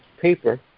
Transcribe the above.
paper